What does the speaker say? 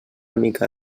mica